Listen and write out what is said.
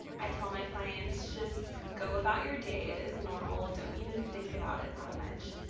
i tell my clients, just go about your day as normal. don't even think about it that much.